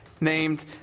named